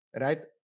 Right